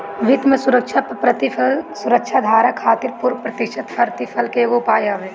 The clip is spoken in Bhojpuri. वित्त में सुरक्षा पअ प्रतिफल सुरक्षाधारक खातिर पूर्व प्रत्याशित प्रतिफल के एगो उपाय हवे